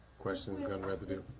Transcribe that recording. question yeah and has been